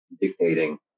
dictating